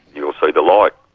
you'll see the light.